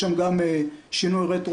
שגם שם יש שינוי רטרואקטיבי.